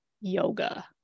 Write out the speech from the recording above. Yoga